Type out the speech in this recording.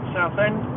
Southend